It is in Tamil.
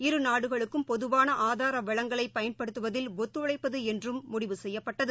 இரு நாடுகளுக்கும் பொதுவான ஆதார வளங்களை பயன்படுத்துவதில் ஒத்துழைப்பது என்றும் முடிவு செய்யப்பட்டது